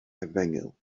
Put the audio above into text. efengyl